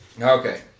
Okay